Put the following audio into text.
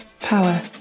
Power